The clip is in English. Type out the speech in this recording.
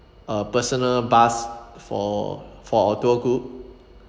a personal bus for for a tour group